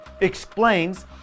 explains